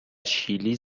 شیلی